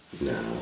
No